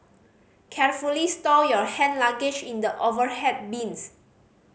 carefully stow your hand luggage in the overhead bins